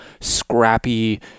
scrappy